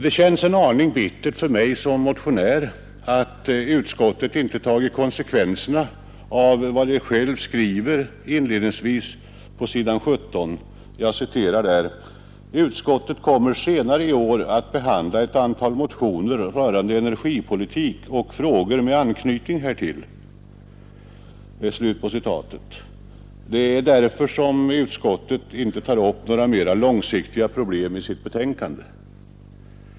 Det känns en aning bittert för mig som motionär att utskottet inte dragit konsekvenserna av vad det självt skriver inledningsvis på s. 17: ”Utskottet kommer senare i år att behandla ett antal motioner rörande energipolitik och frågor med anknytning därtill.” Det är därför utskottet inte tar upp några mera långsiktiga problem i sitt betänkande.